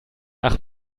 ach